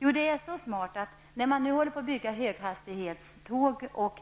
Jo, i och med att höghastighetståg byggs och